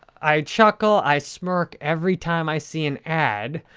i chuckle, i smirk, every time i see an ad,